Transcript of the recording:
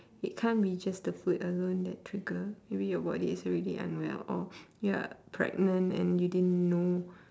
it can't be just the food alone that trigger maybe your body is already unwell or you're pregnant and you didn't know